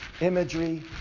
imagery